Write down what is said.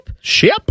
Ship